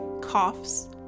coughs